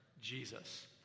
Jesus